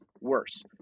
Worse